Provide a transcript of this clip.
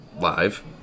Live